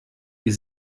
ihr